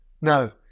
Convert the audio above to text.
No